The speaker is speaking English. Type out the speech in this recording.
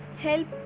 help